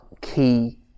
key